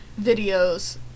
videos